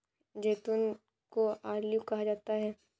जैतून को ऑलिव कहा जाता है